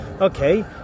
okay